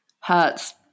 hurts